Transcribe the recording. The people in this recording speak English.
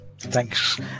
Thanks